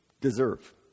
deserve